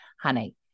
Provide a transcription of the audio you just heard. Honey